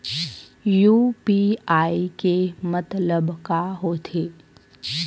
UPI के मतलब का होथे?